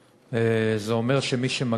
זה מה שאתה רוצה כאן?